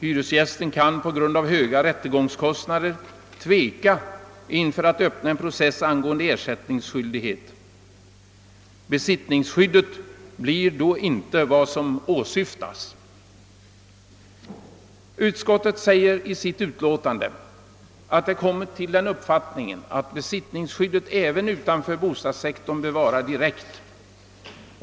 Hyresgästen kan på grund av höga rättegångskostnader tveka inför att öppna en process angående = ersättningsskyldighet. Besittningsskyddet blir då inte vad som åsyftas. Utskottet säger i sitt utlåtande att det kommit till den uppfattningen, att besittningsskyddet även utanför bostadssektorn bör vara direkt.